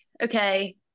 okay